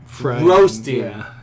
roasting